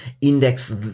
index